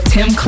Tim